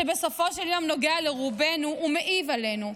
שבסופו של יום נוגע לרובנו ומעיב עלינו.